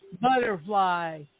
Butterfly